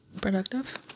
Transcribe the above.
Productive